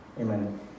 Amen